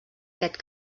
aquest